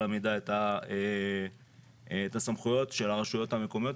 המידה את הסמכויות של הרשויות המקומיות.